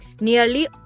Nearly